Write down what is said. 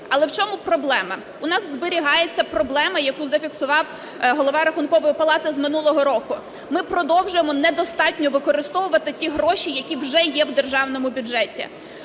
Але в чому проблема? У нас зберігається проблема, яку зафіксував Голова Рахункової палати з минулого року: ми продовжуємо недостатньо використовувати ті гроші, які вже є в державному бюджеті.